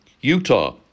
Utah